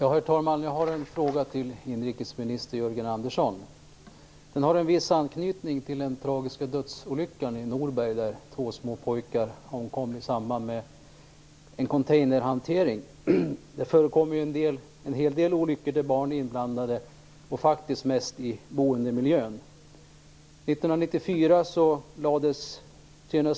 Herr talman! Jag har en fråga till inrikesminister Jörgen Andersson. Den har viss anknytning till den tragiska dödsolyckan i Norberg, där två små pojkar omkom i samband med containerhantering. Det förekommer en hel del olyckor där barn är inblandade, och faktiskt mest i boendemiljön.